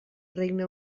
regne